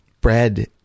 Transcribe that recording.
bread